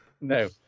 No